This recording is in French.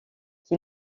qui